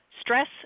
stress